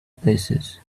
places